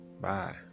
Bye